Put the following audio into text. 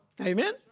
Amen